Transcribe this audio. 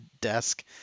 desk